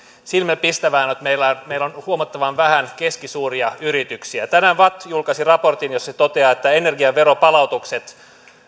silmiinpistävää on että meillä on huomattavan vähän keskisuuria yrityksiä tänään vatt julkaisi raportin jossa se toteaa että energiaveron palautukset